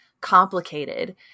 complicated